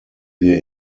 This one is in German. wir